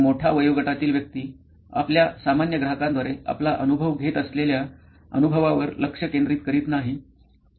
एक मोठा वयोगटातील व्यक्ती आपल्या सामान्य ग्राहकांद्वारे आपला अनुभव घेत असलेल्या अनुभवावर लक्ष केंद्रित करत नाही